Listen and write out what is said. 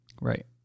right